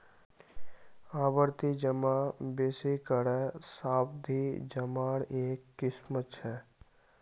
आवर्ती जमा बेसि करे सावधि जमार एक किस्म छ